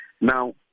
Now